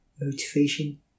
motivation